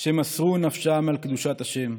שמסרו נפשם על קדושת ה'.